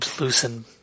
loosen